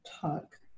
talk